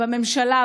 בממשלה,